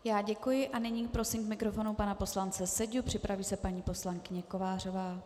Já děkuji a nyní prosím k mikrofonu pana poslance Seďu, připraví se paní poslankyně Kovářová.